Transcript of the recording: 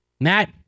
Matt